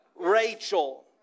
Rachel